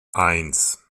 eins